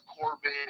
Corbin